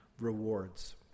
rewards